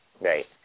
Right